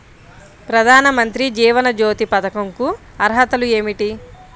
ప్రధాన మంత్రి జీవన జ్యోతి పథకంకు అర్హతలు ఏమిటి?